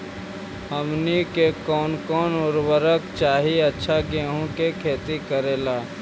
हमनी के कौन कौन उर्वरक चाही अच्छा गेंहू के खेती करेला?